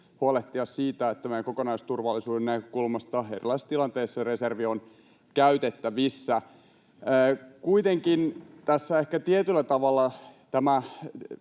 huolehtia siitä, että meidän kokonaisturvallisuuden näkökulmasta erilaisissa tilanteissa reservi on käytettävissä. Kuitenkin tässä ehkä tietyllä tavalla tämä